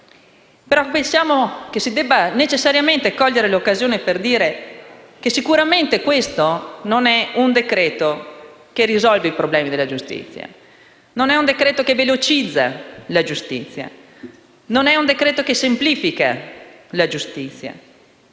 Pensiamo dunque di dover cogliere l'occasione per dire che sicuramente quello al nostro esame non è un decreto che risolve i problemi della giustizia, non è un decreto che velocizza la giustizia, non è un decreto che semplifica la giustizia